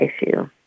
issue